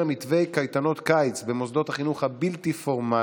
מתווה קייטנות קיץ במוסדות החינוך הבלתי-פורמליים,